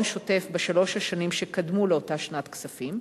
שוטף בשלוש השנים שקדמו לאותה שנת כספים,